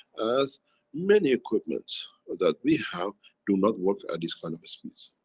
as many equipment's that we have do not work at these kind of speeds,